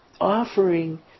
offering